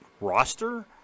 roster